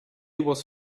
was